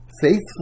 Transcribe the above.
faithful